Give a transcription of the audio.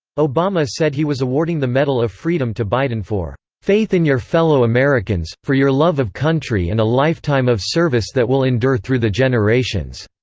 obama said he was awarding the medal of freedom to biden for faith in your fellow americans, for your love of country and a lifetime of service that will endure through the generations.